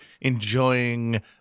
enjoying